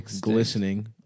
glistening